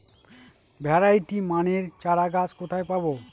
Variety মানের চারাগাছ কোথায় পাবো?